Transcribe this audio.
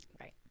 Right